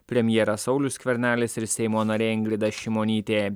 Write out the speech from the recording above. premjeras saulius skvernelis ir seimo narė ingrida šimonytė